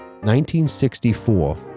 1964